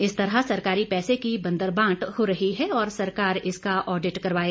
इस तरह सरकारी पैसे की बंदरबांट हो रही है और सरकार इसका आडिट करवाए